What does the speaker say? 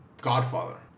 Godfather